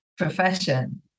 profession